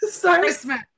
Christmas